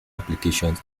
applications